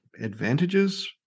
advantages